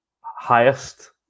highest